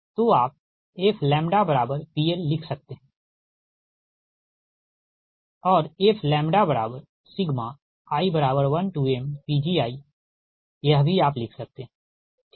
तो आप fPL लिख सकते हैं fi1mPgi यह भी आप लिख सकते हैं ठीक